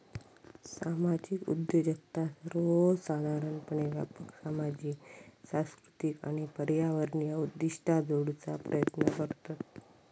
सामाजिक उद्योजकता सर्वोसाधारणपणे व्यापक सामाजिक, सांस्कृतिक आणि पर्यावरणीय उद्दिष्टा जोडूचा प्रयत्न करतत